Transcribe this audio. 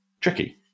tricky